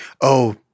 oh-